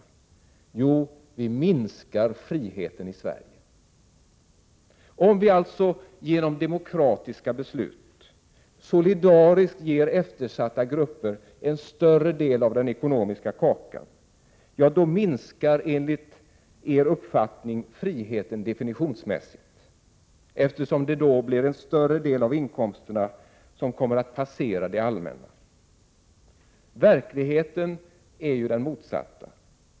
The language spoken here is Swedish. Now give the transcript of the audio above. Jo, vi minskar friheten i Sverige. Om vi alltså genom demokratiska beslut solidariskt ger eftersatta grupper en större del av den ekonomiska kakan, minskar enligt er uppfattning friheten definitionsmässigt, eftersom det då blir en större del av inkomsterna som kommer att passera det allmänna. Verkligheten är den motsatta.